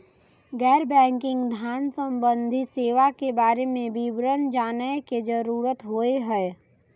गैर बैंकिंग धान सम्बन्धी सेवा के बारे में विवरण जानय के जरुरत होय हय?